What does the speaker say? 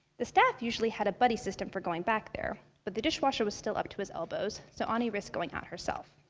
the staff usually had a buddy system for going back there, but the dishwasher was still up to his elbows, so anie risked going out herself.